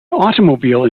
automobile